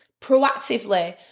proactively